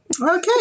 Okay